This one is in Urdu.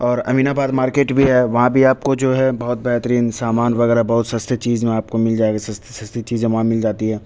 اور امین آباد مارکیٹ بھی ہے وہاں بھی آپ کو جو ہے بہت بہترین سامان وغیرہ بہت سستے چیز میں آپ کو مل جائے گا سستی سستی چیزیں وہاں مل جاتی ہیں